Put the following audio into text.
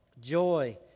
joy